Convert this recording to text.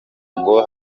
ngo